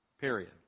period